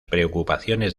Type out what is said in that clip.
preocupaciones